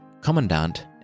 Commandant